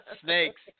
snakes